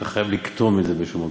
אתה חייב לקטום את זה באיזשהו מקום,